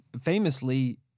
famously